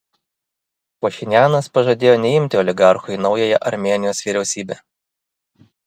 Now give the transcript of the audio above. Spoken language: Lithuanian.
pašinianas pažadėjo neimti oligarchų į naująją armėnijos vyriausybę